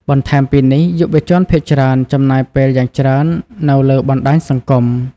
បន្ថែមពីនេះ យុវជនភាគច្រើនចំណាយពេលយ៉ាងច្រើននៅលើបណ្តាញសង្គម។